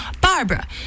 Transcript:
Barbara